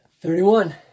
Thirty-one